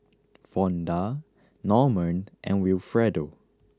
Fonda Norman and Wilfredo